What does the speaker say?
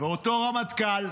ואותו רמטכ"ל,